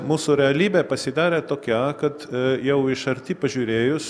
mūsų realybė pasidarė tokia kad jau iš arti pažiūrėjus